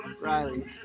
Riley